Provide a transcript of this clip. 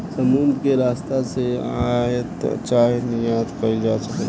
समुद्र के रस्ता से आयात चाहे निर्यात कईल जा सकेला